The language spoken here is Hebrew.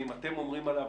אם אתם אומרים עליו,